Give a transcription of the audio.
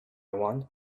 one